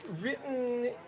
written